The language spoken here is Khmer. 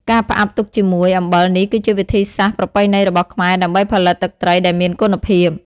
ការផ្អាប់ទុកជាមួយ អំបិលនេះគឺជាវិធីសាស្ត្រប្រពៃណីរបស់ខ្មែរដើម្បីផលិតទឹកត្រីដែលមានគុណភាព។